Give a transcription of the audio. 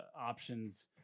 options